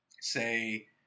say